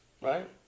right